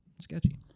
Sketchy